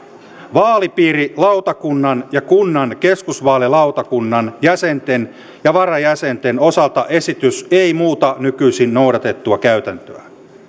vaalipiirilautakunnan ja kunnan keskusvaalilautakunnan jäsenten ja varajäsenten osalta esitys ei muuta nykyisin noudatettua käytäntöä